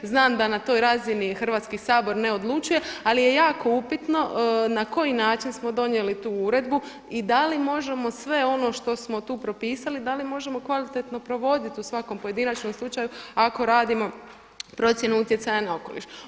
Znam da na toj razini Hrvatski sabor ne odlučuje, ali je jako upitno na koji način smo donijeli tu uredbu i da li možemo sve ono što smo tu propisali, da li možemo kvalitetno provoditi u svakom pojedinačnom slučaju ako radimo procjenu utjecaja na okoliš.